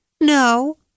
No